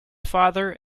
father